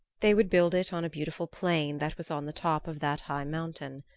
they would build it on a beautiful plain that was on the top of that high mountain.